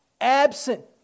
absent